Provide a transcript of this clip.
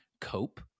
cope